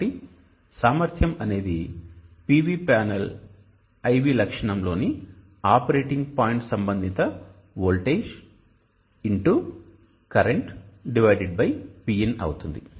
కాబట్టి సామర్థ్యం అనేది PV ప్యానెల్ I V లక్షణం లోని ఆపరేటింగ్ పాయింట్ సంబంధిత వోల్టేజ్Xకరెంట్Pin అవుతుంది